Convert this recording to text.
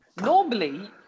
Normally